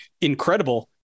incredible